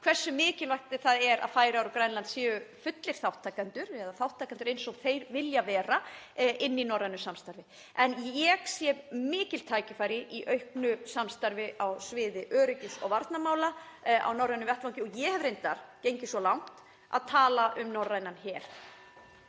hversu mikilvægt það er að Færeyjar og Grænland séu fullir þátttakendur eða þátttakendur eins og þau vilja vera í norrænu samstarfi. En ég sé mikil tækifæri í auknu samstarfi á sviði öryggis- og varnarmála á norrænum vettvangi og ég hef reyndar gengið svo langt að tala um norrænan her.